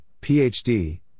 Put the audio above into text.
Ph.D